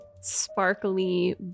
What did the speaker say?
sparkly